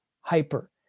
hyper